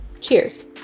Cheers